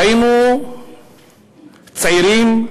ראינו צעירים,